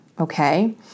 okay